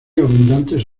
abundantes